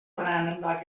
voneinander